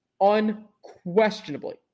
unquestionably